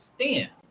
stand